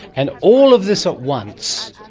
and all of this at once,